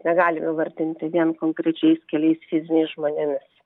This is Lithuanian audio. negalim įvardinti vien konkrečiais keliais fiziniais žmonėmis